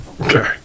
Okay